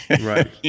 Right